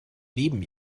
neben